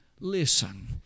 listen